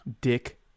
Dick